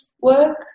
work